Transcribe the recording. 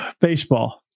baseball